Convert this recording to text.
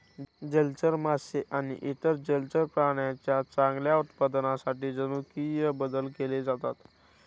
जलचर मासे आणि इतर जलचर प्राण्यांच्या चांगल्या उत्पादनासाठी जनुकीय बदल केले जातात